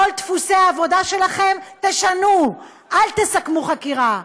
כל דפוסי העבודה שלכם, תשנו, אל תסכמו חקירה,